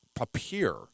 appear